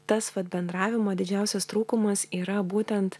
tas vat bendravimo didžiausias trūkumas yra būtent